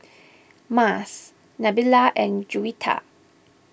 Mas Nabila and Juwita